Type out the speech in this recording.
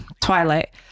twilight